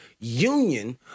union